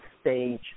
stage